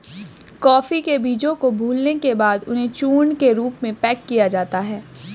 coffee के बीजों को भूलने के बाद उन्हें चूर्ण के रूप में पैक किया जाता है